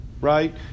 right